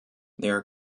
their